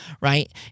right